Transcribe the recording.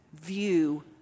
view